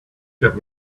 get